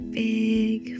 big